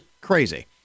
crazy